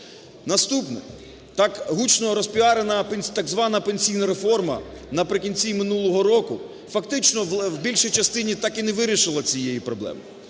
Наступне. Так гучно розпіарена так звана пенсійна реформа наприкінці минулого року фактично в більшій частині так і не вирішила цієї проблеми.